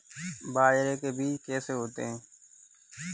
बाजरे के बीज कैसे होते हैं?